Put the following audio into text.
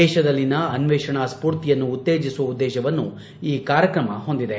ದೇಶದಲ್ಲಿನ ಅನ್ನೇಷಣಾ ಸ್ಫೊರ್ತಿಯನ್ನು ಉತ್ತೇಜಿಸುವ ಉದ್ಲೇಶವನ್ನು ಈ ಕಾರ್ಯಕ್ರಮ ಹೊಂದಿದೆ